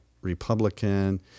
Republican